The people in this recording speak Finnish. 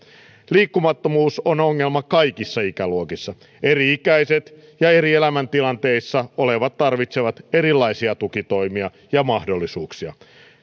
liikkumattomuus on ongelma kaikissa ikäluokissa eri ikäiset ja eri elämäntilanteissa olevat tarvitsevat erilaisia tukitoimia ja mahdollisuuksia